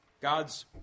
God's